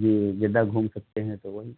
جی زیادہ گھوم سکتے ہیں تو وہی